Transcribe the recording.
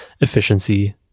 efficiency